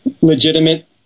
legitimate